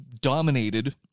dominated